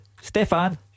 Stefan